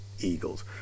Eagles